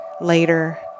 later